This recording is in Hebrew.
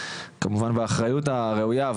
כמובן באחריות הראויה,